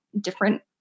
different